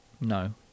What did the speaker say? no